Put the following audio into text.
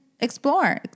Explore